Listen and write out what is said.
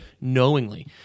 knowingly